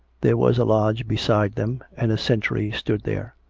there was a lodge beside them, and a sentry stood there.